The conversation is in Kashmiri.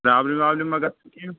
پرابلِم وابلِم مہ گژھان کینٛہہ